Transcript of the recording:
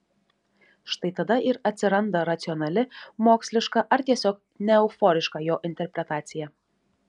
štai tada ir atsiranda racionali moksliška ar tiesiog neeuforiška jo interpretacija